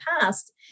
past